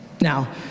now